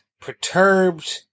perturbed